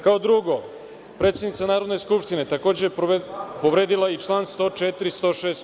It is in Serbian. Kao drugo, predsednica Narodne skupštine takođe je povredila i član 104, 106.